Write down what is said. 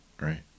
Right